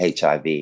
HIV